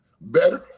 better